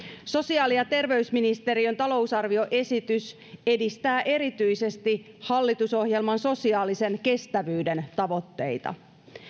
sosiaali ja terveysministeriön talousarvioesitys edistää erityisesti hallitusohjelman sosiaalisen kestävyyden tavoitteita